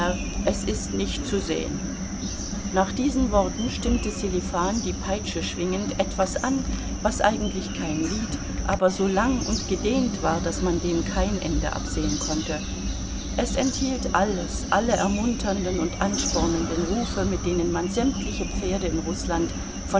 es ist nicht zu sehen nach diesen worten stimmte sselifan die peitsche schwingend etwas an was eigentlich kein lied aber so lang und gedehnt war daß man dem kein ende absehen konnte es enthielt alles alle ermunternden und anspornenden rufe mit denen man sämtliche pferde in rußland